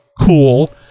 cool